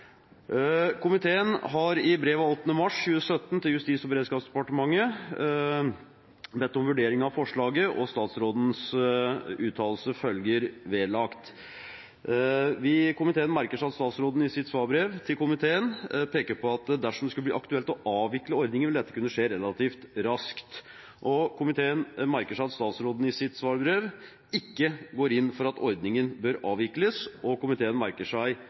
Komiteen har i brev av 8. mars 2017 til Justis- og beredskapsdepartementet bedt om en vurdering av forslaget, og statsrådens uttalelse følger vedlagt. Komiteen merker seg at statsråden i sitt svarbrev peker på at dersom det skulle bli aktuelt å avvikle ordningen, vil dette kunne skje relativt raskt. Komiteen merker seg at statsråden i sitt svarbrev ikke går inn for at ordningen bør avvikles, og komiteen merker seg